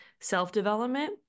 self-development